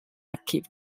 activo